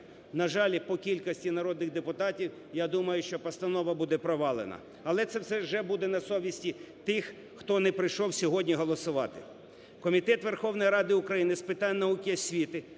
На жаль, по кількості народних депутатів, я думаю, що постанова буде провалена, але це вже буде на совісті тих, хто не прийшов сьогодні голосувати. Комітет Верховної Ради України з питань науки і освіти